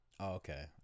okay